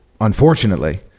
unfortunately